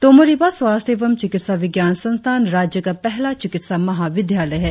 तोमो रिबा स्वास्थ्य एवं चिकित्सा विज्ञान संस्थान राज्य का पहला चिकित्सा महाविद्यालय है